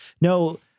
no